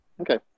okay